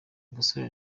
gasore